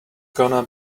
gonna